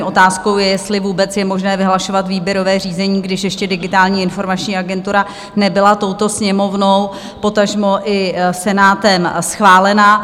Otázkou je, jestli vůbec je možné vyhlašovat výběrové řízení, když ještě Digitální informační agentura nebyla touto Sněmovnou, potažmo i Senátem, schválena.